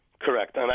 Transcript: Correct